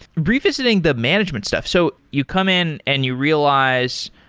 revisiting the management stuff so you come in and you realize,